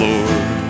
Lord